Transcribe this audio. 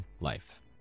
life